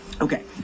Okay